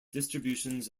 distributions